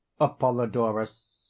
Apollodorus